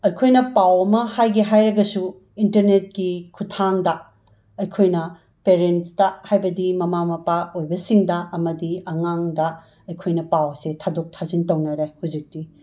ꯑꯍꯑꯣꯏꯅ ꯄꯥꯎ ꯑꯃ ꯍꯥꯏꯒꯦ ꯍꯥꯏꯔꯒꯁꯨ ꯏꯟꯇꯔꯅꯦꯠꯀꯤ ꯈꯨꯠꯊꯥꯡꯗ ꯑꯩꯈꯣꯏꯅ ꯄꯦꯔꯦꯟꯁꯇ ꯍꯥꯏꯕꯗꯤ ꯃꯃꯥ ꯃꯄꯥ ꯑꯣꯏꯕꯁꯤꯡꯗ ꯑꯃꯗꯤ ꯑꯉꯥꯡꯗ ꯑꯩꯈꯣꯏꯅ ꯄꯥꯎ ꯑꯁꯦ ꯊꯥꯗꯣꯛ ꯊꯥꯖꯤꯜ ꯇꯧꯅꯔꯦ ꯍꯨꯖꯤꯛꯇꯤ